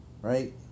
Right